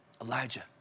Elijah